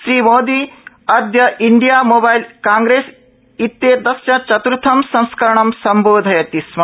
श्रीमोदी अद्य India mobile Congress इत्येतस्य चत्थं संस्करणं सम्बोधयति स्म